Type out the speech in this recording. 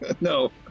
No